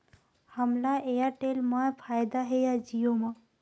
हमला एयरटेल मा फ़ायदा हे या जिओ मा?